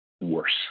worse